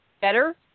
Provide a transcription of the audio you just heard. better